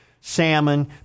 salmon